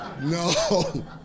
no